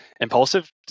impulsive